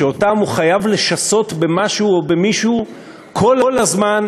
שהוא חייב לשסות אותם במשהו או במישהו כל הזמן,